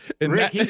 Rick